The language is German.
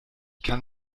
kann